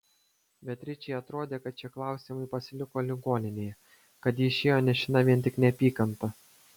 beatričei atrodė kad šie klausimai pasiliko ligoninėje kad ji išėjo nešina vien tik neapykanta